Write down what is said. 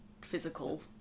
physical